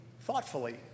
thoughtfully